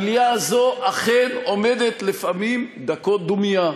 המליאה הזאת אכן עומדת לפעמים דקות דומייה,